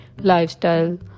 lifestyle